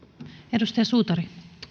arvoisa puhemies